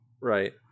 right